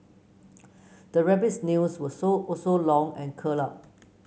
the rabbit's nails were so also long and curled up